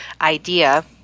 idea